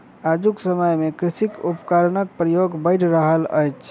आजुक समय मे कृषि उपकरणक प्रयोग बढ़ि रहल अछि